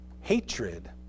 Hatred